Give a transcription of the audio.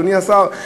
אדוני השר,